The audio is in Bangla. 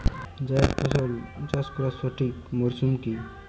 জায়েদ ফসল চাষ করার সঠিক মরশুম কি?